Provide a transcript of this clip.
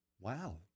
Wow